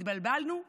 התבלבלנו לגמרי.